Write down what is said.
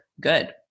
good